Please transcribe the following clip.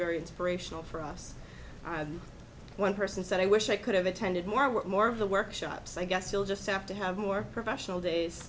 very inspirational for us one person said i wish i could have attended more with more of the workshops i guess we'll just have to have more professional days